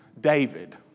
David